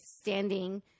standing